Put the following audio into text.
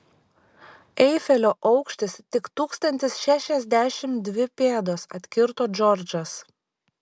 eifelio aukštis tik tūkstantis šešiasdešimt dvi pėdos atkirto džordžas